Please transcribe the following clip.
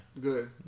Good